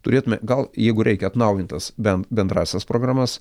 turėtume gal jeigu reikia atnaujintas ben bendrąsias programas